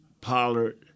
Pollard